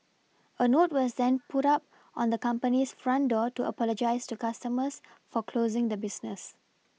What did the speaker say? a note was then put up on the company's front door to apologise to customers for closing the business